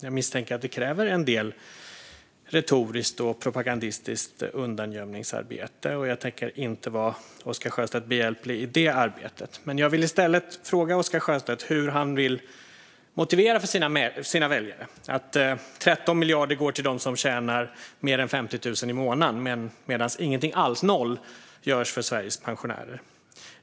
Jag misstänker att det kräver en del retoriskt och propagandistiskt undangömningsarbete, och jag tänker inte vara Oscar Sjöstedt behjälplig i det arbetet. Jag vill i stället fråga Oscar Sjöstedt hur han vill motivera för sina väljare att 13 miljarder går till dem som tjänar mer än 50 000 i månaden medan ingenting alls, noll, görs för Sveriges pensionärer.